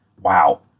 wow